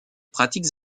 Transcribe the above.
pratiques